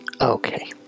Okay